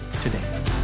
today